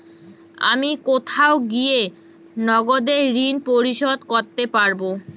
আমি কোথায় গিয়ে নগদে ঋন পরিশোধ করতে পারবো?